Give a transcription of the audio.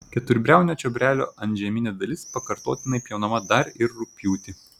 keturbriaunio čiobrelio antžeminė dalis pakartotinai pjaunama dar ir rugpjūtį